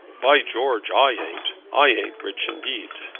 by george, i ain't. i ain't rich, indeed.